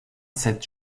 cette